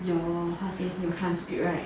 your how to say your transcript right